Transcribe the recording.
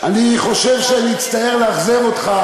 אני חושש, אני מצטער לאכזב אותך,